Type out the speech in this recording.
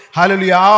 Hallelujah